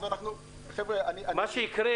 אוקיי, על הקווים הכשרים.